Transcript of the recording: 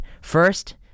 First